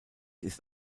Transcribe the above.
ist